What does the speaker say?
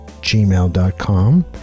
gmail.com